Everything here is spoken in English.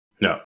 no